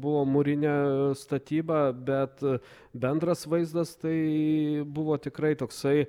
buvo mūrinė statyba bet bendras vaizdas tai buvo tikrai toksai